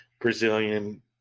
Brazilian